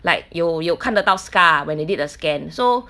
like 有有看到 scar when they did the scan so